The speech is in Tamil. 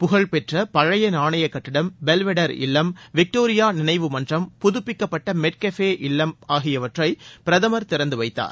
புகழ்பெற்ற பழைய நாணய கட்டிடம் பெல்வெடர் இல்லம் விக்டோரியா நினைவு மன்றம் புதப்பிக்கப்பட்ட மெட் கஃபே இல்லம் ஆகியவற்றை பிரதமர் திறந்து வைத்தார்